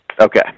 Okay